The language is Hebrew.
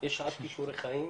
יש שעת כישוריי חיים,